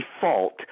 default